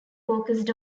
focused